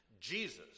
Jesus